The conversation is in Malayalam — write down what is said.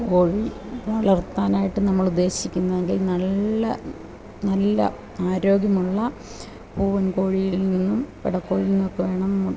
കോഴി വളർത്താനായിട്ടു നമ്മൾ ഉദ്ദേശിക്കുന്നുവെങ്കിൽ നല്ല നല്ല ആരോഗ്യമുള്ള പൂവൻ കോഴിയിൽ നിന്നും പിടക്കോഴിയിൽ നിന്നൊക്കെ വേണം